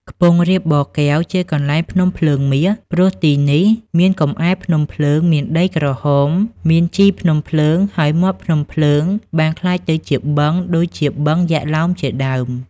ខ្ពង់រាបបរកែវ ជាកន្លែងភ្នំភ្លើងមាស ព្រោះទីនេះ មានកំអែភ្នំភ្លើង មានដីក្រហម មានជីភ្នំភ្លើង ហើយមាត់ភ្នំភ្លើងបានក្លាយទៅជាបឹង ដូចជាបឹង យក្សឡោម ជាដើម ។